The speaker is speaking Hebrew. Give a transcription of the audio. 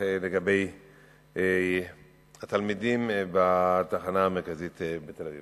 לגבי התלמידים בתחנה המרכזית בתל-אביב,